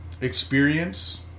experience